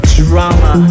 drama